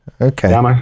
Okay